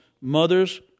mothers